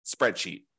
spreadsheet